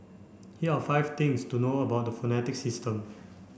here are five things to know about the phonetic system